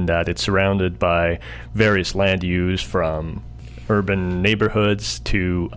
that it's surrounded by various land used for urban neighborhoods to